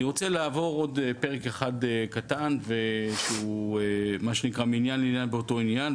אני רוצה לעבור עוד פרק אחד קטן שהוא באותו עניין,